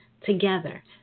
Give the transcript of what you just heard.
together